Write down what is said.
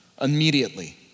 immediately